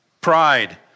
Pride